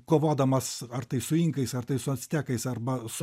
kovodamas ar tai su inkais ar tai su actekais arba su